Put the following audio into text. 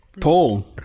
Paul